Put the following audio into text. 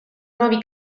nuovi